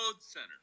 center